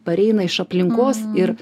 pareina iš aplinkos ir